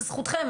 זו זכותכם.